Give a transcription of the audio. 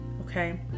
Okay